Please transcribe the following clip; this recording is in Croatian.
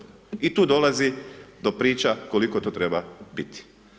I tu dolazi do priča koliko to treba biti.